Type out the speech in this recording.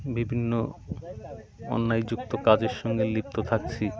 বিভিন্ন অন্যায়যুক্ত কাজের সঙ্গে লিপ্ত থাকছি